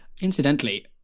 Incidentally